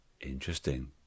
Interesting